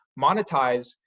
monetize